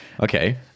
Okay